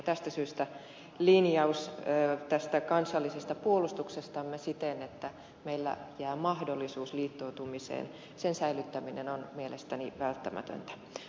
tästä syystä linjaus kansallisen puolustuksemme linjauksen säilyttäminen siten että meille jää mahdollisuus liittoutumiseen on mielestäni välttämätöntä